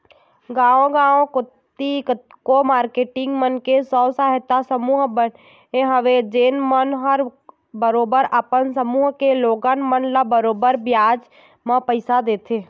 गाँव गाँव कोती कतको मारकेटिंग मन के स्व सहायता समूह बने हवय जेन मन ह बरोबर अपन समूह के लोगन मन ल बरोबर बियाज म पइसा देथे